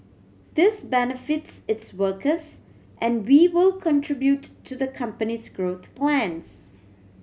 this benefits its workers and vivo contribute to the company's growth plans